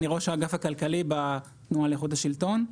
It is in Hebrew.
אני ראש האגף הכלכלי בתנועה לאיכות השלטון.